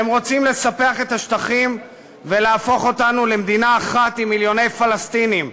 הם רוצים לספח את השטחים ולהפוך אותנו למדינה אחת עם מיליוני פלסטינים,